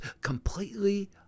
completely